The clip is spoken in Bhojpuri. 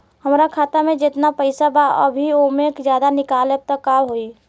हमरा खाता मे जेतना पईसा बा अभीओसे ज्यादा निकालेम त का होई?